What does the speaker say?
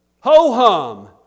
Ho-hum